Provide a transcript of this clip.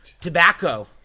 Tobacco